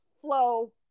flow